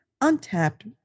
untapped